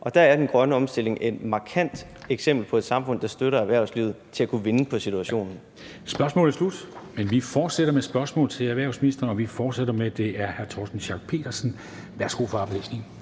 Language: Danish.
Og der er den grønne omstilling et markant eksempel på et samfund, der støtter erhvervslivet til at kunne vinde på situationen. Kl. 13:42 Formanden (Henrik Dam Kristensen): Tak. Spørgsmålet er slut. Men vi fortsætter med et spørgsmål til erhvervsministeren, og vi fortsætter med hr. Torsten Schack Pedersen som spørger.